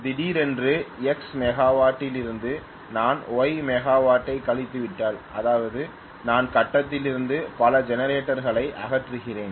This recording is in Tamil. திடீரென்று எக்ஸ் மெகாவாட் டிலிருந்து நான் ஒய் மெகாவாட் ஐ கழித்துவிட்டால் அதாவது நான் கட்டத்திலிருந்து பல ஜெனரேட்டர் களை அகற்றுகிறேன்